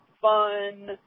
Fun